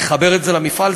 מחבר את זה למפעל,